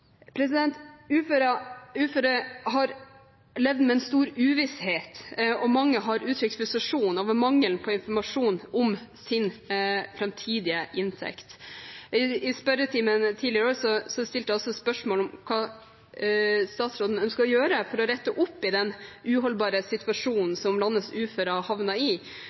Uføre har levd med en stor uvisshet, og mange har uttrykt frustrasjon over mangelen på informasjon om sin framtidige inntekt. I spørretimen stilte jeg altså spørsmål om hva statsråden ønsker å gjøre for å rette opp i den uholdbare situasjonen som landets uføre har havnet i,